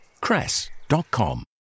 Cress.com